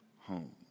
home